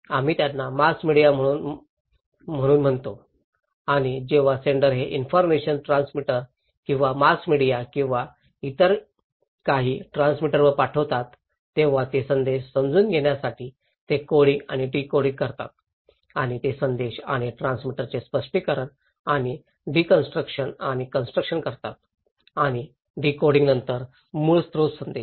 आम्ही त्यांना mass media म्हणून म्हणतो आणि जेव्हा सेंडर हे इन्फॉरमेशन ट्रान्समीटर किंवा मास मीडिया किंवा काही इतर ट्रान्समीटरवर पाठवतात तेव्हा ते संदेश समजून घेण्यासाठी ते कोडिंग आणि डीकोडिंग करतात आणि ते संदेश आणि ट्रान्समीटरचे स्पष्टीकरण आणि डीकोन्स्ट्रक्शन आणि कन्स्ट्रक्शन करतात आणि डीकोडिंगनंतर मूळ स्रोत संदेश